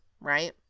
right